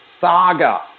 saga